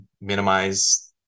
minimize